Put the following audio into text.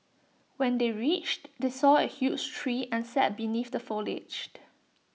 when they reached they saw A huge tree and sat beneath the foliage